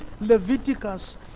Leviticus